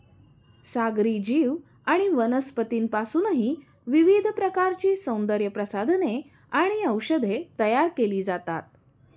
सागरी जीव आणि वनस्पतींपासूनही विविध प्रकारची सौंदर्यप्रसाधने आणि औषधे तयार केली जातात